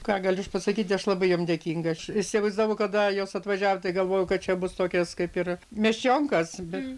ką galiu aš pasakyt aš labai jom dėkinga aš įsivaizdavau kada jos atvažiavo tai galvoju kad čia bus tokios kaip ir mėsčionkos bet